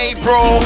April